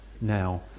now